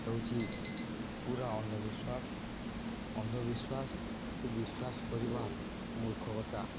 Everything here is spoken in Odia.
ହେଉଛି ପୁରା ଅନ୍ଧବିଶ୍ୱାସ ଅନ୍ଧବିଶ୍ୱାସକୁ ବିଶ୍ୱାସ କରିବା ମୂର୍ଖକତା